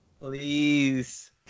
Please